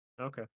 Okay